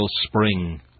spring